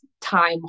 time